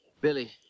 Billy